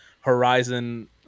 Horizon